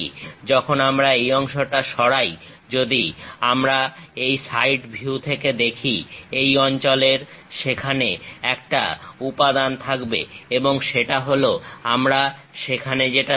যখন আমরা এই অংশটা সরাই যদি আমরা এই সাইড ভিউ থেকে দেখি এই অঞ্চলে সেখানে একটা উপাদান থাকবে এবং সেটা হলো আমরা সেখানে যেটা দেখছি